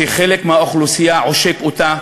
שחלק מהאוכלוסייה עושק אותה,